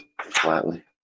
flatly